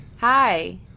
Hi